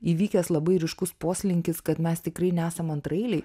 įvykęs labai ryškus poslinkis kad mes tikrai nesam antraeiliai